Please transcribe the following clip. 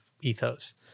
ethos